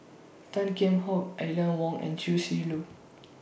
Tan Kheam Hock Aline Wong and Chia Shi Lu